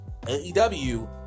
AEW